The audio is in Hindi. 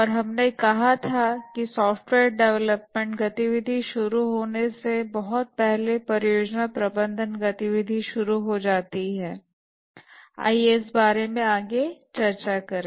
और हमने कहा था कि सॉफ्टवेयर डेवलपमेंट गतिविधि शुरू होने से बहुत पहले परियोजना प्रबंधन गतिविधि शुरू हो जाती है आइए इस बारे में आगे चर्चा करें